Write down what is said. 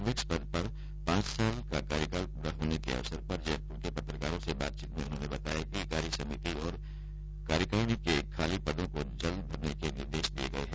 अध्यक्ष पद पर पांच साल का कार्यकाल पूरा होने के अवसर पर जयपुर में पत्रकारों से बातचीत में उन्होंने बताया कि कार्यसमिति और कार्यकारिणी के खाली पदों को जल्द भरने के निर्देश दे दिए गए हैं